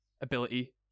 ability